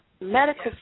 medical